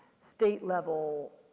state level,